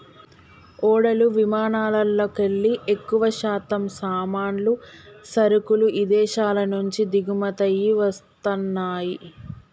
ఓడలు విమానాలల్లోకెల్లి ఎక్కువశాతం సామాన్లు, సరుకులు ఇదేశాల నుంచి దిగుమతయ్యి వస్తన్నయ్యి